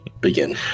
begin